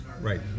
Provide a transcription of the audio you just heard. Right